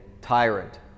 tyrant